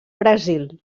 brasil